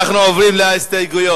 אנחנו עוברים להסתייגויות,